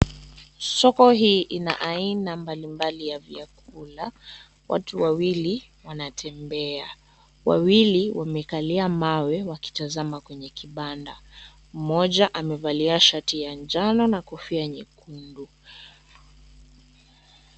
Soko hii ina aina mbalimbali ya vyakula. Watu wawili wanatembea, wawili wamekalia mawe wakitazama kwenye kibanda. Mmoja amevalia shati ya njano na kofia yekundu.